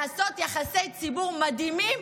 לעשות יחסי ציבור מדהימים,